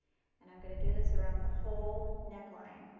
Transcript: and i'm going to do this around the whole neckline.